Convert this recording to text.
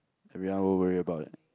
everyone will worry about that